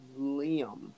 Liam